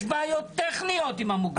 יש בעיות טכניות עם המוקדים.